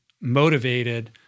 motivated